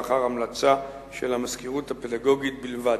לאחר המלצה של המזכירות הפדגוגית בלבד.